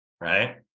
right